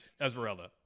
Esmeralda